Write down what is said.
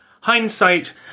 Hindsight